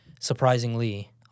surprisingly